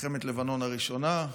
מלחמת לבנון הראשונה,